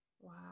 wow